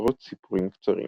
עשרות סיפורים קצרים.